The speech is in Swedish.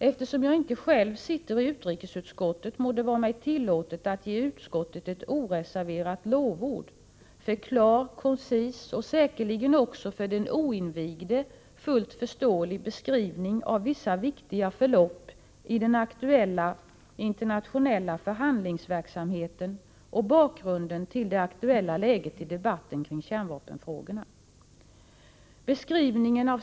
Eftersom jag själv inte sitter i utrikesutskottet må det vara mig tillåtet att ge utskottet ett oreserverat lovord för klar, koncis och — säkerligen också för den oinvigde — fullt förståelig beskrivning av vissa viktiga förlopp i den aktuella internationella förhandlingsverksamheten och bakgrunden till det aktuella läget i debatten kring kärnvapenfrågorna.